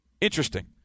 Interesting